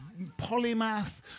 polymath